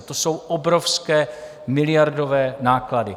To jsou obrovské miliardové náklady.